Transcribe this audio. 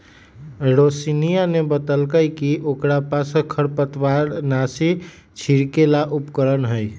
रोशिनीया ने बतल कई कि ओकरा पास खरपतवारनाशी छिड़के ला उपकरण हई